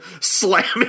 slamming